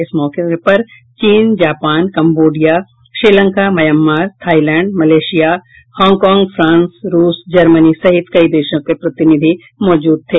इस मौके पर चीन Japan Cambodia Sri Lanka Myanmar Thailand Malaysia Hong Kong France रूस जर्मनी सहित कई देशों के प्रतिनिधि माजूद थे